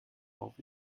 auf